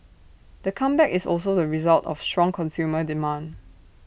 the comeback is also the result of strong consumer demand